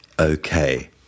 Okay